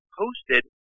posted